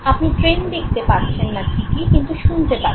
আপনি ট্রেন দেখতে পাচ্ছেন না ঠিকই কিন্তু শুনতে পাচ্ছেন